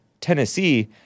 Tennessee